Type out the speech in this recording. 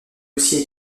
aussi